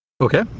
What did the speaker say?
Okay